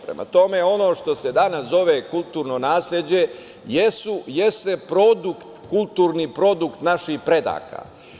Prema tome, ono što se danas zove kulturno nasleđe jeste produkt, kulturni produkt naših predaka.